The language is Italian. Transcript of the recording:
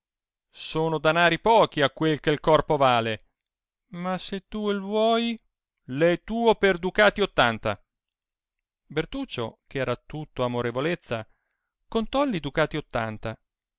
sono danari pochi a quel che corpo vale ma se tu vuoi è tuo per ducati ottanta bertuccio che era tutto amorevolezza contolli ducati ottanta